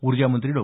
ऊर्जामंत्री डॉ